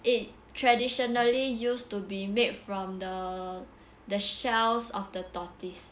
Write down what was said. eh traditionally used to be made from the the shells of the tortoise